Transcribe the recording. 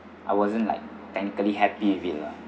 I wasn't like technically happy with it lah